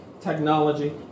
technology